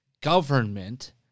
government